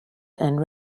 and